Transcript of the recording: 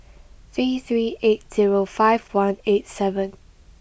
three three eight zero five one eight seven